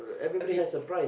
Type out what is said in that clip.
a bit